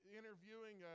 interviewing